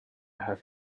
have